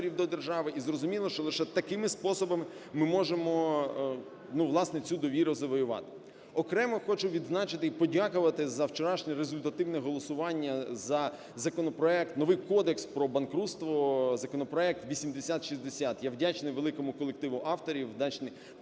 і зрозуміло, що лише такими способами ми можемо, ну, власне цю довіру завоювати. Окремо хочу відзначити і подякувати за вчорашнє результативне голосування за законопроект, новий Кодекс про банкрутство, законопроект 8060. Я вдячний великому колективу авторів, вдячний